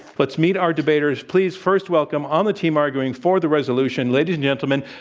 let's meet our debaters. please, first welcome on the team arguing for the resolution ladies and gentlemen,